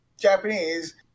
Japanese